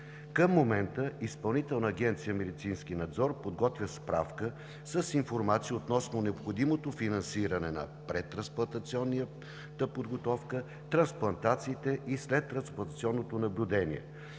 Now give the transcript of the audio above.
Към момента Изпълнителна агенция „Медицински надзор“ подготвя справка с информация относно необходимото финансиране на предтрансплантационната подготовка, трансплантациите и следтрансплантационното наблюдение.